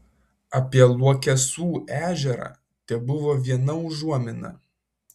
apie luokesų ežerą tebuvo viena užuomina